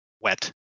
wet